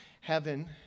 heaven